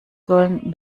sollen